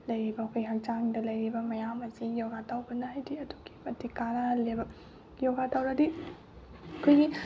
ꯂꯩꯔꯤꯕ ꯑꯩꯈꯣꯏ ꯍꯛꯆꯥꯡꯗ ꯂꯩꯔꯤꯕ ꯃꯌꯥꯝ ꯑꯁꯤ ꯌꯣꯒꯥ ꯇꯧꯕꯅ ꯍꯥꯏꯗꯤ ꯑꯗꯨꯛꯀꯤ ꯃꯇꯤꯛ ꯀꯥꯟꯅꯍꯜꯂꯦꯕ ꯌꯣꯒ ꯇꯧꯔꯗꯤ ꯑꯩꯈꯣꯏꯒꯤ